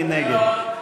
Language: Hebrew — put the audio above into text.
מי נגד?